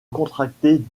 contractée